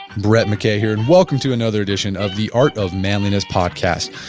brett mckay here, and welcome to another edition of the art of manliness podcast.